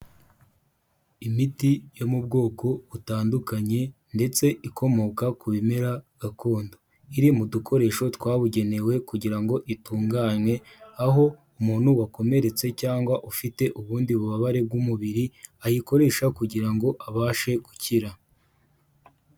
Imiti yo mu bwoko butandukanye ndetse ikomoka ku bimera gakondo, iri mu dukoresho twabugenewe kugira ngo itunganye, aho umuntu wakomeretse cyangwa ufite ubundi bubabare bw'umubiri ayikoresha kugira ngo abashe gukira.